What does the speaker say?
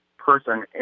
person